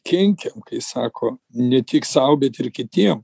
kenkiam kai sako ne tik sau bet ir kitiem